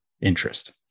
interest